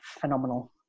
phenomenal